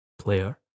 player